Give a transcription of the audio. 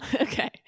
Okay